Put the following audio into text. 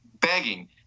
begging